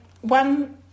one